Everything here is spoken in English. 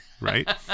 Right